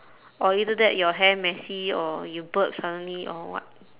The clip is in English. or either that your hair messy or you burp suddenly or what